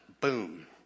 Boom